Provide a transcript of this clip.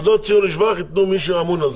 תעודות ציון לשבח ייתנו מי שאמון על זה.